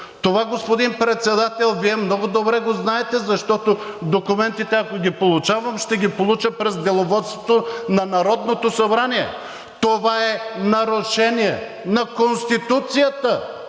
Това, господин Председател, Вие много добре го знаете, защото документите, ако ги получавам, ще ги получа през Деловодството на Народното събрание. Това е нарушение на Конституцията